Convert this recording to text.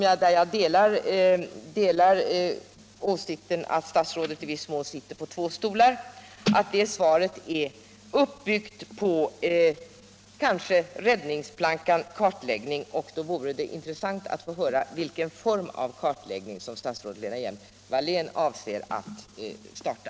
Jag delar åsikten att statsrådet i viss mån sitter på två stolar, och eftersom statsrådet kanske har byggt upp svaret på räddningsplankan kartläggning vore det intressant att höra vilken form av kartläggning som statsrådet Lena Hielm-Wallén avser att starta.